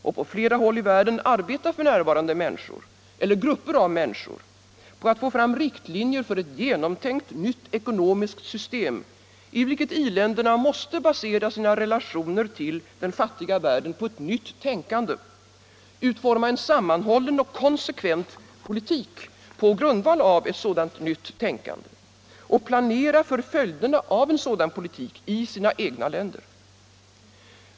Och på flera håll i världen arbetar f. n. människor eller grupper av människor på att få fram riktlinjer för ett genomtänkt nytt ekonomiskt system, i vilket i-länderna måste basera sina relationer till den fattiga världen på ett nytt tänkande, utforma en sammanhållen och konsekvent politik på grundval av ett sådant nytt tänkande och planera för följderna av denna politik i sina egna länder.